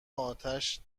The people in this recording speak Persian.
اتش